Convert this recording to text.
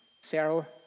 Sarah